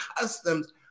customs